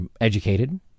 educated